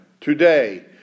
Today